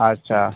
ᱟᱪᱪᱷᱟ